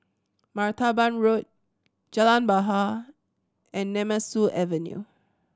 Martaban Road Jalan Bahar and Nemesu Avenue